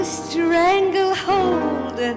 stranglehold